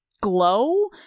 Glow